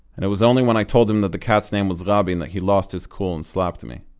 and it was only when i told him that the cat's name was rabin that he lost his cool and slapped me.